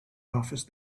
office